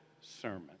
sermon